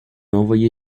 envoyé